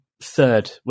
third